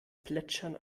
plätschern